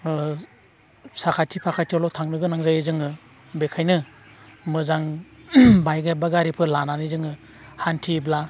साखाथि फाखाथियावल' थांनो गोनां जायो जोङो बेखायनो मोजां बाइक एबा गारिफोर लानानै जोङो हान्थियोब्ला